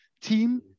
team